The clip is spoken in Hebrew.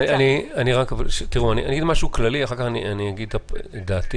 אני אגיד משהו כללי ואחר כך אני אגיד את דעתי.